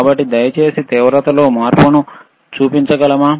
కాబట్టి దయచేసి తీవ్రతలో మార్పును చూపించగలమా